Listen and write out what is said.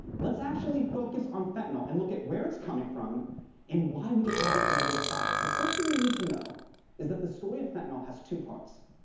let's actually focus on fentanyl and look at where it's coming from and why we haven't been able to stop it. the first thing you need to know is that the story of fentanyl has two parts.